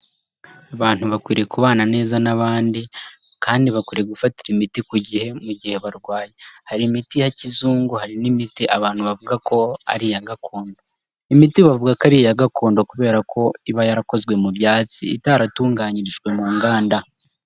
Abantu bakwiriye kubana neza n'abandi kandi bakwiriye gufatira imiti ku gihe mu gihe barwaye, hari imiti ya kizungu hari n'imiti abantu bavuga ko ari iya gakondo, imiti bavuga ko ari iya gakondo kubera ko iba yarakozwe mu byatsi, itaratunganyirijwe mu nganda.